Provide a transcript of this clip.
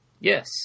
Yes